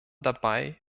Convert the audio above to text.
dabei